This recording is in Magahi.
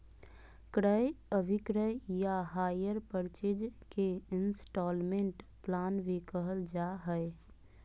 क्रय अभिक्रय या हायर परचेज के इन्स्टालमेन्ट प्लान भी कहल जा हय